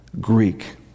Greek